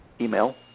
email